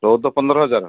ଚଉଦ ପନ୍ଦର ହଜାର